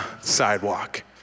sidewalk